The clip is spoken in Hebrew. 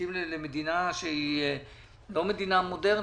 מתאים למדינה לא מודרנית.